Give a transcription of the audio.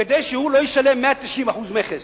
כדי שהוא לא ישלם 190% מכס.